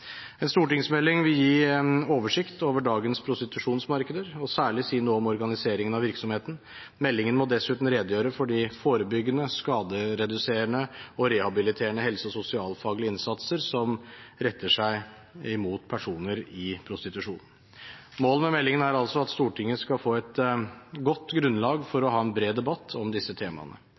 En stortingsmelding vil gi oversikt over dagens prostitusjonsmarkeder og særlig si noe om organiseringen av virksomheten. Meldingen må dessuten redegjøre for de forebyggende, skadereduserende og rehabiliterende helse- og sosialfaglige innsatser som retter seg mot personer i prostitusjon. Målet med meldingen er altså at Stortinget skal få et godt grunnlag for å ha en bred debatt om disse temaene.